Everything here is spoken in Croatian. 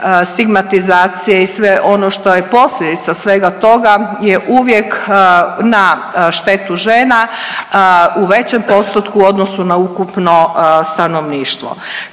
stigmatizacije i sve ono što je posljedica svega toga je uvijek na štetu žena u većem postotku u odnosu na ukupno stanovništvo.